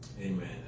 amen